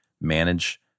manage